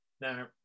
Now